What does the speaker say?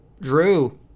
Drew